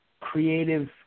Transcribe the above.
creative